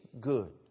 good